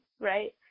right